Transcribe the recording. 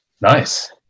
Nice